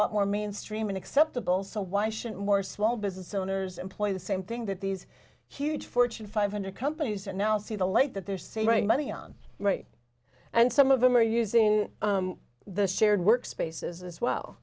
lot more mainstream an acceptable so why shouldn't more small business owners employ the same thing that these huge fortune five hundred companies are now see the light that they're saving money on right and some of them are using the shared work spaces as well